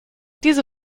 diese